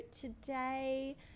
today